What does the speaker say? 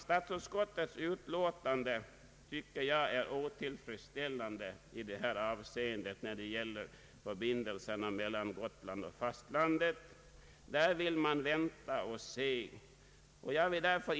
Statsutskottets utlåtande nr 105 är enligt min mening otill fredsställande i vad avser förbindelserna mellan Gotland och fastlandet. Utskottet vill vänta och se.